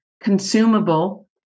consumable